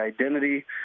identity